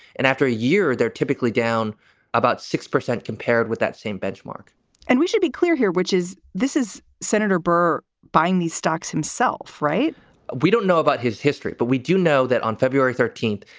and after a year, they're typically down about six percent compared with that same benchmark and we should be clear here, which is this is senator burr buying these stocks himself. right we don't know about his history, but we do know that on february thirteenth,